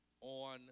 on